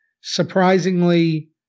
surprisingly